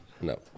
No